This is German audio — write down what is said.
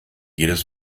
jedes